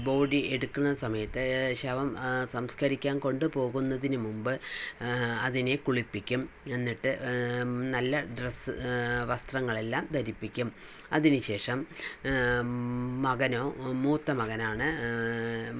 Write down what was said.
body എടുക്കുന്ന സമയത്ത് ശവം സംസ്കരിക്കാൻ കൊണ്ട് പോകുന്നതിന് മുൻപ് അതിനെ കുളുപ്പിക്കും എന്നിട്ട് നല്ല ഡ്രസ്സ് വസ്ത്രങ്ങളെല്ലാം ധരിപ്പിക്കും അതിന് ശേഷം മകനോ മൂത്ത മകനാണ്